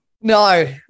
No